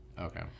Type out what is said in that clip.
Okay